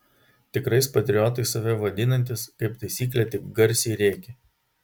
tikrais patriotais save vadinantys kaip taisyklė tik garsiai rėkia